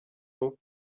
vous